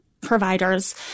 providers